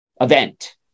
event